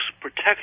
protection